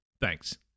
Thanks